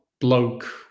bloke